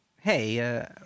Hey